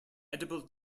edible